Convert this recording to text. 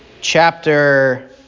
Chapter